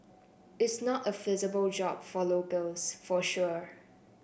is not a feasible job for locals for sure